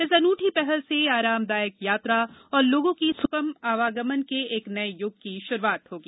इस अनूठी पहल से आरामदायक यात्रा और लोगों की सुगम आवागमन के एक नये यूग की शुरूआत होगी